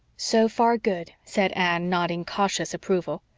so far, good, said anne, nodding cautious approval.